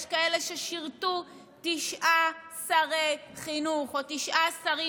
יש כאלה ששירתו תשעה שרי חינוך או תשעה שרים